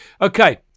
Okay